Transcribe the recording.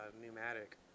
pneumatic